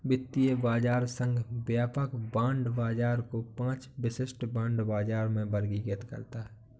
वित्तीय बाजार संघ व्यापक बांड बाजार को पांच विशिष्ट बांड बाजारों में वर्गीकृत करता है